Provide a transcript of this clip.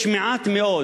יש מעט מאוד,